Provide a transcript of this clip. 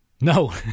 No